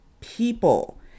people